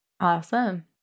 Awesome